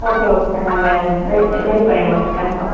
okay okay sir நாங்கள் ready பண்ணிவிடுவோம் sir confirm